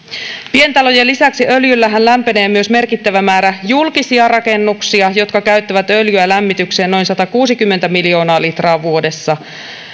pientalojen lisäksi öljyllähän lämpenee myös merkittävä määrä julkisia rakennuksia jotka käyttävät öljyä lämmitykseen noin satakuusikymmentä miljoonaa litraa vuodessa